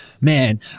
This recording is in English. Man